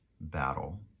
battle